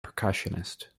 percussionist